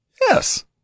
yes